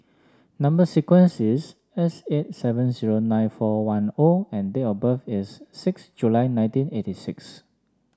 number sequence is S eight seven six zero nine four one O and date of birth is six July nineteen eighty six